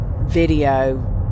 video